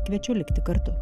kviečiu likti kartu